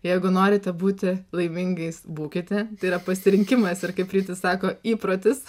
jeigu norite būti laimingais būkite tai yra pasirinkimas ir kaip rytis sako įprotis